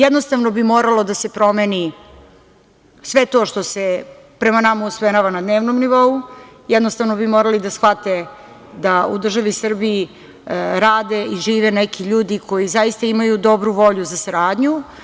Jednostavno bi moralo da se promeni sve to što se prema nama usmerava na dnevnom nivou, jednostavno bi morali da shvate da u državi Srbiji, rade i žive neki ljudi koji zaista dobru volju za saradnju.